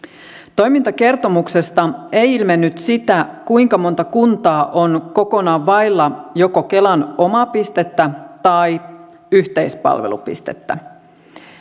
toimintakertomuksesta ei ilmennyt sitä kuinka monta kuntaa on kokonaan vailla joko kelan omaa pistettä tai yhteispalvelupistettä